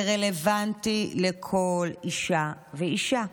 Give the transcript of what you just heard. זה רלוונטי לכל אישה ואישה.